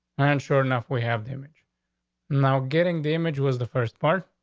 and sure enough we have the image now getting damage was the first part,